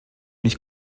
mich